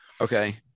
Okay